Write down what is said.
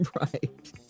Right